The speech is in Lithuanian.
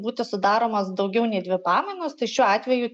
būti sudaromos daugiau nei dvi pamainos tai šiuo atveju